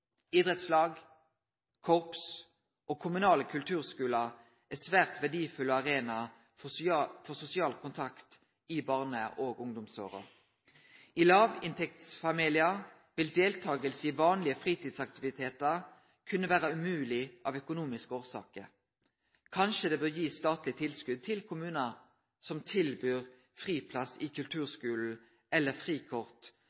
Idrettslag, korps og kommunale kulturskular er svært verdifulle arenaer for sosial kontakt i barne- og ungdomsåra. I låginntektsfamiliar vil deltaking i vanlege fritidsaktivitetar kunne vere umogleg av økonomiske årsaker. Kanskje bør ein gi statleg tilskot til kommunar som tilbyr friplass i